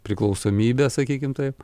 priklausomybę sakykim taip